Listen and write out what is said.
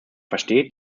versteht